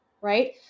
right